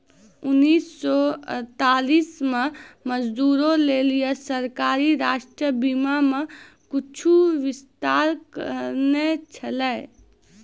उन्नीस सौ अड़तालीस मे मजदूरो लेली सरकारें राष्ट्रीय बीमा मे कुछु विस्तार करने छलै